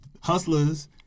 Hustlers